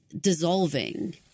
dissolving